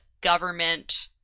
government